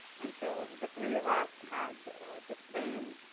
and so the three of us had the same